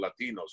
Latinos